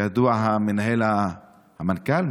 כידוע, המנהל, המנכ"ל?